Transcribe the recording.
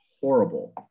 horrible